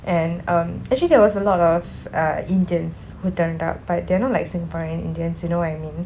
and um actually there was a lot of uh indians who turned up but they are not like singaporean indians you know what I mean